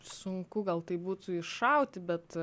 sunku gal taip būtų iššauti bet